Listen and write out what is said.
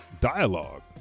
dialogue